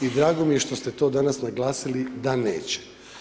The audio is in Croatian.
I drago mi je što ste to danas naglasili da neće.